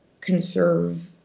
conserve